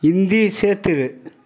Hindi சேர்த்திரு